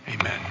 Amen